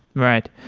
right.